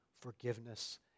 forgiveness